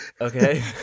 okay